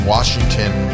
Washington